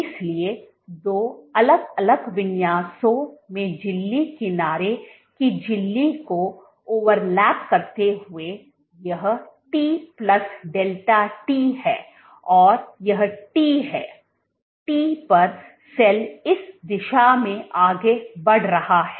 इसलिए दो अलग अलग विन्यासों में झिल्ली किनारे की झिल्ली को ओवरलैप करते हुए यह t plus delta t है और यह t है t पर सेल इस दिशा में आगे बढ़ रहा है